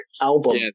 album